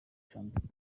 shampiyona